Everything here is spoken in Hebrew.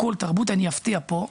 אני אפתיע פה: